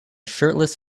shirtless